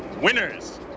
Winners